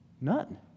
None